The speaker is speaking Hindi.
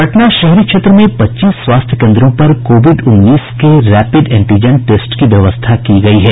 पटना शहरी क्षेत्र में पच्चीस स्वास्थ्य केंद्रों पर कोविड उन्नीस के रैपिड एंटीजन टेस्ट की व्यवस्था की गयी है